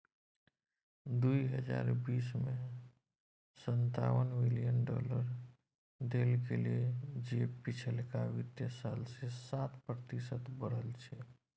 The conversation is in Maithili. दुइ हजार बीस में सनतावन बिलियन डॉलर देल गेले जे पिछलका वित्तीय साल से सात प्रतिशत बढ़ल छै